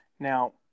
Now